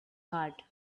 heart